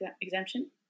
exemption